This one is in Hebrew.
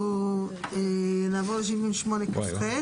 אנחנו נעבור ל-78כח.